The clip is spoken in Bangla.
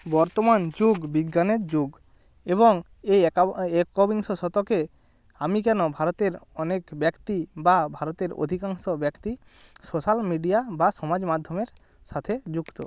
বর্তমান যুগ বিজ্ঞানের যুগ এবং এই একবিংশ শতকে আমি কেন ভারতের অনেক ব্যক্তি বা ভারতের অধিকাংশ ব্যক্তি সোশ্যাল মিডিয়া বা সমাজ মাধ্যমের সাথে যুক্ত